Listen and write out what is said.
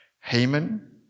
haman